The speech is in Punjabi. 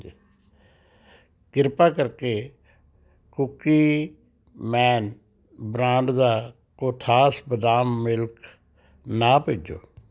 ਕਿਰਪਾ ਕਰਕੇ ਕੂਕੀਮੈਨ ਬ੍ਰਾਂਡ ਦਾ ਕੋਥਾਸ ਬਦਾਮ ਮਿਲਕ ਨਾ ਭੇਜੋ